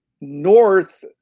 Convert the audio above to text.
North